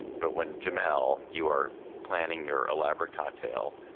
but when, jamal, you are planning your elaborate cocktail,